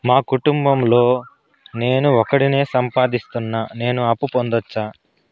మా కుటుంబం లో నేను ఒకడినే సంపాదిస్తున్నా నేను అప్పు పొందొచ్చా